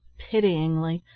pityingly,